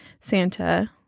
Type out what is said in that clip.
Santa